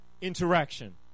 interaction